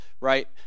right